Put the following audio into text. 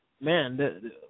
man